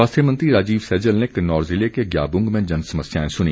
स्वास्थ्य मंत्री राजीव सैजल ने किन्नौर ज़िले के ज्ञाबूंग में जनसमस्याएं सुनी